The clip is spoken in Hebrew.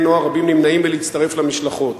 בני-נוער רבים נמנעים מלהצטרף למשלחות.